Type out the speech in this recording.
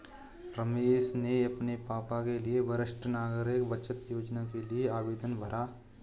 रमेश ने अपने पापा के लिए वरिष्ठ नागरिक बचत योजना के लिए आवेदन भरा